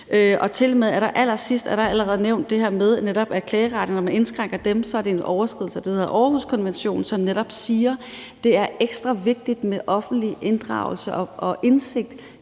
Tilmed er der allersidst netop nævnt det her med, at når man indskrænker klageretten, er det en overskridelse af det, der hedder Århuskonventionen, som netop siger, at det er ekstra vigtigt med offentlig inddragelse og indsigt